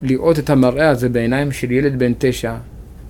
לראות את המראה הזה בעיניים של ילד בן תשע